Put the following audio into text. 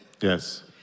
Yes